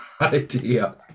idea